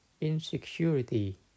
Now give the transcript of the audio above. insecurity